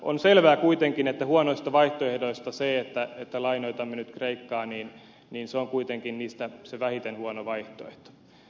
on selvää kuitenkin että huonoista vaihtoehdoista se että lainoitamme nyt kreikkaa on kuitenkin se vähiten huono vaihtoehto